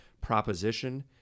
proposition